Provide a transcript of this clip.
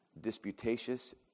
disputatious